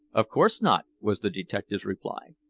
of course not, was the detective's reply.